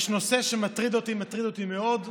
יש נושא שמטריד אותי, מטריד אותי מאוד,